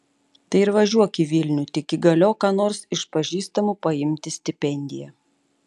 tai ir važiuok į vilnių tik įgaliok ką nors iš pažįstamų paimti stipendiją